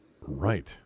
right